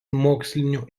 mokslinių